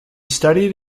studied